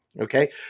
Okay